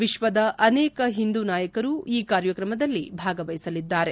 ವಿಶ್ವದ ಅನೇಕ ಹಿಂದೂ ನಾಯಕರು ಈ ಕಾರ್ಯಕ್ರಮದಲ್ಲಿ ಭಾಗವಹಿಸಲಿದ್ದಾರೆ